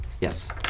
Yes